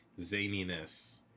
zaniness